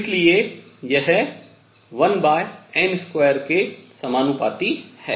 इसलिए यह 1n2 के समानुपाती है